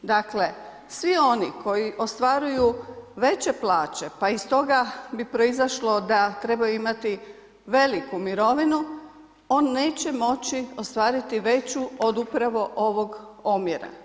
Dakle, svi oni koji ostvaruju veće plaće pa iz toga bi proizašlo da trebaju imati veliku mirovinu, on neće moći ostvariti veću od upravo ovog omjera.